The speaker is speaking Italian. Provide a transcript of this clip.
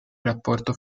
rapporto